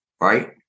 right